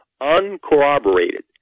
uncorroborated